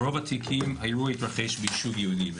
ברוב התיקים האירוע התרחש ביישוב יהודי,